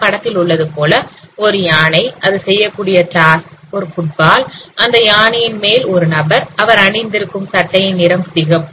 இந்த படத்தில் உள்ளது போல் ஒரு யானை அது செய்யக்கூடிய டாஸ்க் ஒரு ஃபுட்பால் அந்த யானையின் மேல் ஒரு நபர் அவர் அணிந்திருக்கும் சட்டையின் நிறம் சிகப்பு